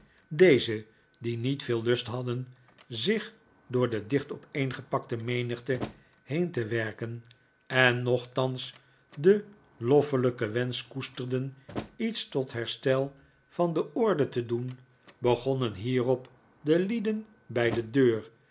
deze die niet veel lust hadden zich door de dicht opeengepakte menigte heen te werken en nochtans den loffelijken wensch koesterden iets tot herstel van de orde te doen begonnen hierop de lieden bij de deur